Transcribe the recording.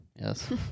yes